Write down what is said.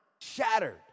shattered